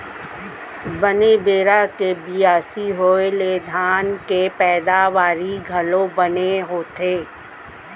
बने बेरा के बियासी होय ले धान के पैदावारी घलौ बने होथे